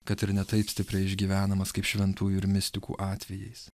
kad ir ne taip stipriai išgyvenamas kaip šventųjų ir mistikų atvejais